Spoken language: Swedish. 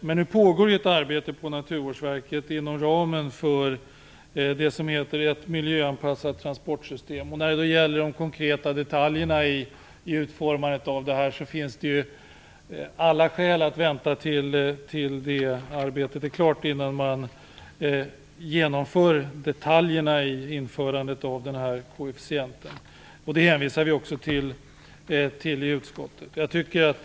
Det pågår dock ett arbete inom Naturvårdsverket inom ramen för projektet Ett miljöanpassat transportsystem. Det finns alla skäl att vänta tills detta arbete är klart innan man utformar de olika detaljerna i den här koefficienten. Vi hänvisar också till detta från utskottet.